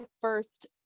first